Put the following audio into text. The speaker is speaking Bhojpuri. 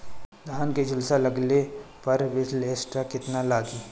धान के झुलसा लगले पर विलेस्टरा कितना लागी?